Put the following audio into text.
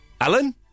Alan